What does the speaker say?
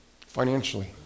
financially